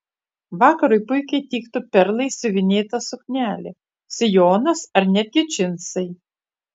vakarui puikiai tiktų perlais siuvinėta suknelė sijonas ar netgi džinsai